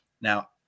Now